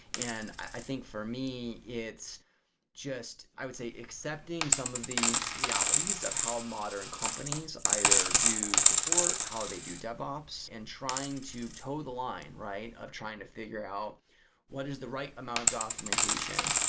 and i think, for me, it's just i would say accepting some of the realities of how modern companies either do support, how they do dev ops and trying to tow the line of trying to figure out what is the right amount of documentation.